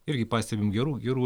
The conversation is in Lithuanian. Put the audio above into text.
irgi pastebim gerų gerų